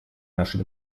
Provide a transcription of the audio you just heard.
нашей